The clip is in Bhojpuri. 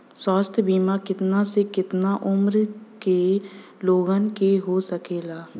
स्वास्थ्य बीमा कितना से कितना उमर के लोगन के हो सकेला?